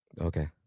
Okay